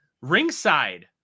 Ringside